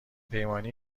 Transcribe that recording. پیمانی